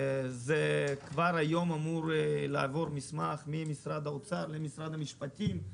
כבר היום אמור לעבור מסמך ממשרד האוצר למשרד המשפטים.